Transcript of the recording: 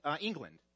England